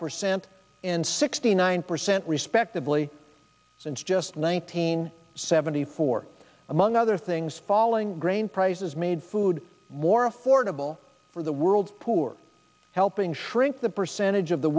percent and sixty nine percent respectively since just one teen seventy four among other things falling grain prices made food more affordable for the world's poor helping shrink the percentage of the